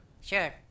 Sure